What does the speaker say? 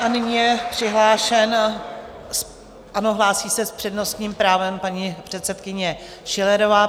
Nyní je přihlášen ano, hlásí se s přednostním právem paní předsedkyně Schillerová.